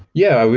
yeah.